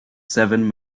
seven